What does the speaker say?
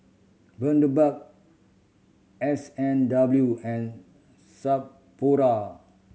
Bundaberg S and W and Sapporo